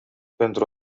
pentru